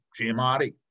Giamatti